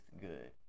good